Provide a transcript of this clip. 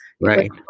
Right